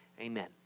Amen